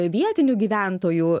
vietinių gyventojų